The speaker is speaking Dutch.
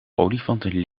olifanten